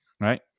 right